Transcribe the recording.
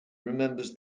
remembers